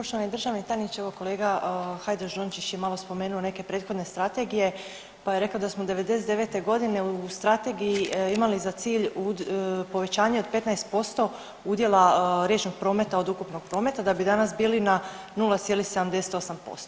Poštovani državni tajniče, evo kolega Hajdaš Dončić je malo spomenuo neke prethodne strategije, pa je rekao da smo '99.g. u strategiji imali za cilj povećanje od 15% udjela riječnog prometa od ukupnog prometa da bi danas bili na 0,78%